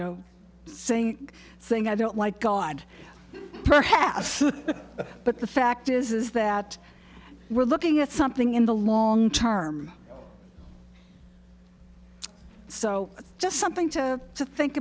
know saying things i don't like god perhaps but the fact is that we're looking at something in the long term so it's just something to to think